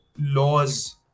laws